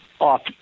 off